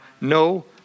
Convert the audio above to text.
no